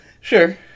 Sure